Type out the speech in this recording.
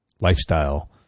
lifestyle